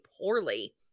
poorly